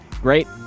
Great